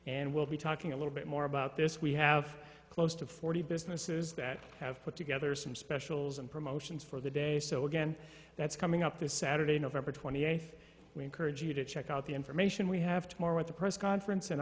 and we'll be talking a little bit more about this we have close to forty businesses that have put together some specials and promotions for the day so again that's coming up this saturday november twenty eighth we encourage you to check out the information we have to more with the press conference and